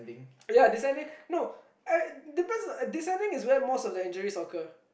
ya descending no I depends on descending is where most of the injuries occur